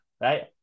Right